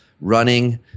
running